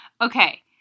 Okay